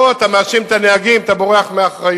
או, אתה מאשים את הנהגים, אתה בורח מאחריות.